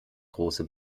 große